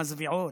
המזוויעות,